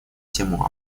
тему